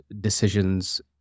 decisions